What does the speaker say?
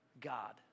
God